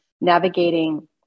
navigating